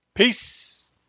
Peace